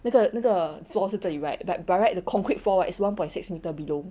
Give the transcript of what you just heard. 那个那个 floor 是这里 right but by right the concrete floor right is one point six meter below